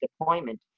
deployment